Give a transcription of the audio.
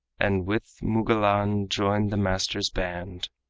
and with mugallan joined the master's band.